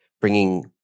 bringing